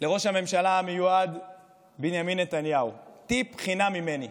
לראש הממשלה המיועד בנימין נתניהו כטיפ חינם ממני: